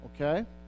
Okay